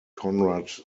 conrad